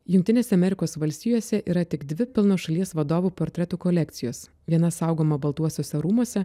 jungtinėse amerikos valstijose yra tik dvi pilnos šalies vadovų portretų kolekcijos viena saugoma baltuosiuose rūmuose